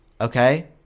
Okay